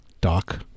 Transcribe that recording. doc